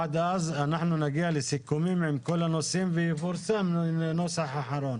עד אז אנחנו נגיע לסיכומים עם כל הנושאים ויפורסם נוסח אחרון.